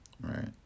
right